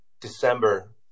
December